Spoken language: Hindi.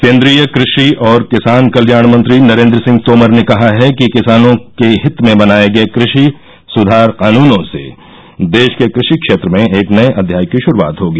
केन्द्रीय कृषि और किसान कल्याण मंत्री नरेंद्र सिंह तोमर ने कहा है कि किसानों के हित में बनाये गए कृषि सुधार कानूनों से देश के कृषि क्षेत्र में एक नए अध्याय की शुरूआत होगी